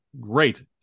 great